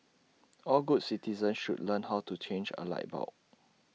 all good citizens should learn how to change A light bulb